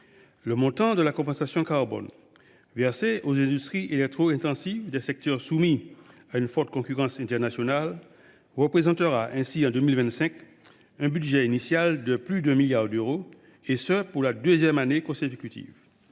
Le montant de la compensation carbone versée aux industries électro intensives des secteurs soumis à une forte concurrence internationale représentera ainsi en 2025 un budget initial de plus d’un milliard d’euros, et ce pour la deuxième année consécutive.